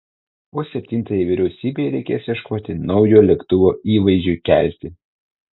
o septintajai vyriausybei reikės ieškoti naujo lėktuvo įvaizdžiui kelti